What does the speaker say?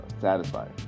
satisfied